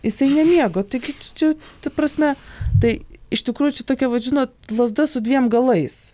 jisai nemiega taigi čia ta prasme tai iš tikrųjų čia tokia vat žinot lazda su dviem galais